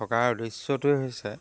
থকাৰ উদ্দেশ্যটোৱেই হৈছে